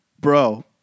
Bro